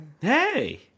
Hey